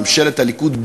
ממשלת הליכוד,